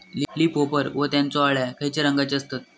Leaf hopper व त्यानचो अळ्या खैचे रंगाचे असतत?